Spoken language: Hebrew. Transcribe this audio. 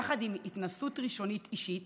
יחד עם התנסות ראשונית אישית